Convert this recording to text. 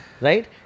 right